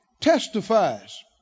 testifies